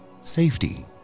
Safety